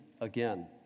again